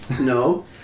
No